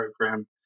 program